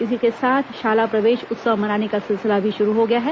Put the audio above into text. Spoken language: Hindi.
इसी के साथ शाला प्रवेश उत्सव मनाने का सिलसिला शुरू हो गया है